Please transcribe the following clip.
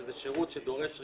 שזה שירות שדורש רישיון,